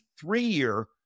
three-year